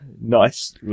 nice